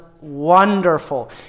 wonderful